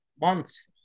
months